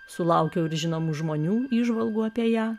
sulaukiau ir žinomų žmonių įžvalgų apie ją